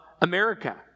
America